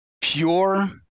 pure